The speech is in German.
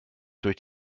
durch